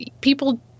people